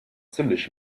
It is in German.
ziemlich